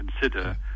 consider